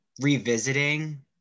revisiting